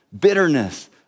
bitterness